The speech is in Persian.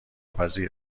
پذیر